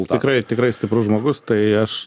tikrai tikrai stiprus žmogus tai aš